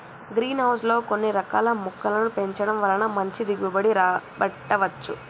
green house లో కొన్ని రకాల మొక్కలను పెంచడం వలన మంచి దిగుబడి రాబట్టవచ్చు